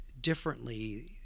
differently